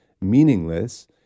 meaningless